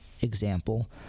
example